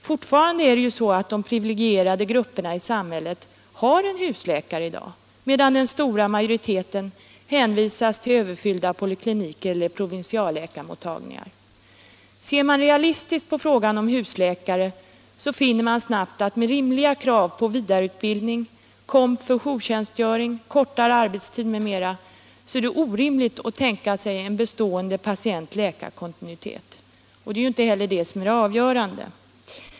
Fortfarande har ju de privilegierade grupperna i samhället en husläkare, medan den stora majoriteten hänvisas till överfyllda polikliniker eller provinsialläkarmottagningar. Ser man realistiskt på frågan om husläkare, så finner man snabbt att med rimliga krav på vidareutbildning, kompensation för jourtjänstgöring, kortare arbetstid m.m. är det orimligt att tänka sig en bestående patient-läkare-kontinuitet. Och det är ju inte heller det som är det avgörande.